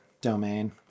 domain